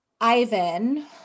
Ivan